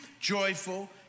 joyful